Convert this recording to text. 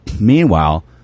Meanwhile